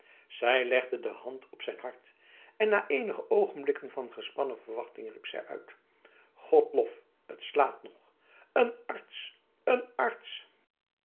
zij legde de hand op zijn hart en na eenige oogenblikken van gespannen verwachting riep zij uit god lof het slaat nog een arts een arts